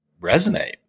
resonate